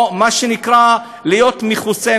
או מה שנקרא להיות מכוסה,